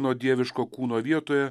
nuo dieviško kūno vietoje